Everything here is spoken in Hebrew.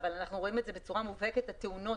אנחנו רואים את זה בצורה מובהקת: התאונות